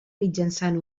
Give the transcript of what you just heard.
mitjançant